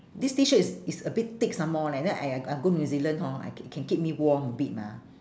this T-shirt is is a bit thick some more leh then I I go new zealand hor I can can keep me warm a bit mah